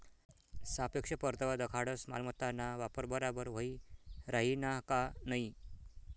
सापेक्ष परतावा दखाडस मालमत्ताना वापर बराबर व्हयी राहिना का नयी